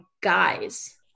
guys